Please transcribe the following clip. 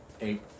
Eight